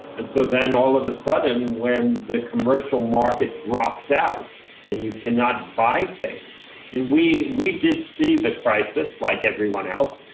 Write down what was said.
and so then, all of a sudden, when the commercial market drops out and you cannot buy things and we we did see the crisis like everyone else.